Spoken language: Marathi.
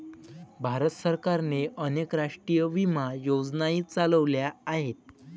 भारत सरकारने अनेक राष्ट्रीय विमा योजनाही चालवल्या आहेत